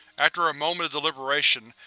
after a moment of deliberation,